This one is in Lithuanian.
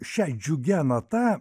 šia džiugia nata